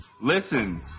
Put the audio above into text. Listen